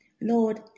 Lord